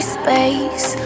space